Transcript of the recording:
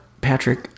Patrick